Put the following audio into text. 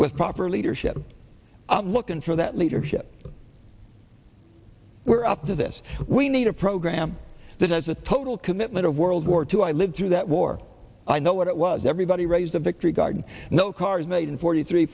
with proper leadership looking for that leadership we're up to this we need a program that has a total commitment of world war two i lived through that war i know what it was everybody raised a victory garden no cars made in forty three